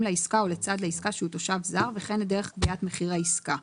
לעסקה או לצד לעסקה שהוא תושב זר וכן לדרך גביית מחיר העסקה.